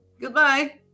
Goodbye